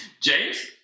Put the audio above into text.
James